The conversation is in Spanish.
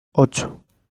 ocho